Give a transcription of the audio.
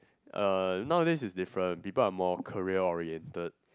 uh nowadays it's different people are more career oriented